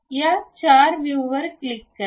या चार व्यू वर क्लिक करा